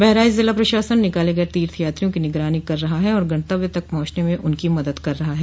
बहराइच जिला प्रशासन निकाले गये तीर्थ यात्रियों की निगरानी कर रहा है और गंतव्य तक पहुंचने में उनकी मदद कर रहा है